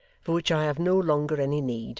for which i have no longer any need.